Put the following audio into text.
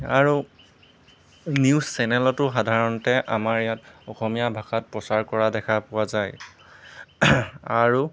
আৰু নিউজ চেনেলতো সাধাৰণতে আমাৰ ইয়াত অসমীয়া ভাষাত প্ৰচাৰ কৰা দেখা পোৱা যায় আৰু